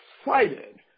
excited